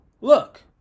look